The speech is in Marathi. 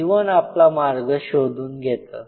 जीवन आपला मार्ग शोधून घेतं